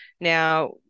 Now